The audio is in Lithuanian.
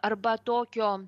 arba tokio